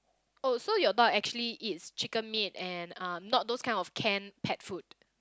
oh so your dog actually eats chicken meat and uh not those kind of can pet food